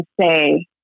say